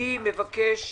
אני רוצה